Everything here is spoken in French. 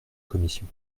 commission